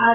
R